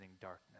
darkness